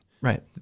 Right